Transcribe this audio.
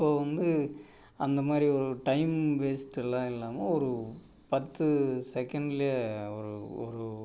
இப்போது வந்து அந்த மாதிரி ஒரு டைம் வேஸ்ட் எல்லாம் இல்லாமல் ஒரு பத்து செகண்ட்லையே ஒரு ஒரு